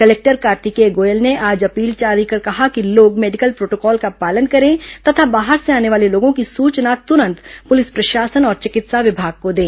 collector Kartikeya Goyal ने आज appeal जारी कर कहा कि लोग मेडिकल प्रोटोकॉल का पालन करें तथा बाहर से आने वाले लोगों की सूचना तुरंत पुलिस प्रशासन और चिकित्सा विभाग को दें